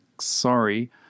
Sorry